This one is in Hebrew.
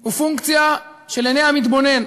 הוא פונקציה של עיני המתבונן.